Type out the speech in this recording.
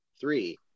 Three